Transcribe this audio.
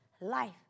life